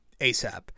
ASAP